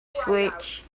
switch